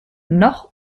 noch